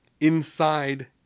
inside